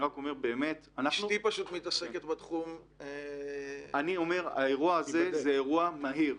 אשתי מתעסקת בתחום --- האירוע הזה הוא אירוע מהיר,